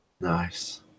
Nice